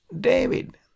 David